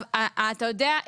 אתה יודע,